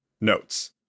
Notes